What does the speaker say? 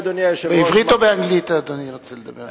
בעברית או באנגלית אדוני רוצה לדבר?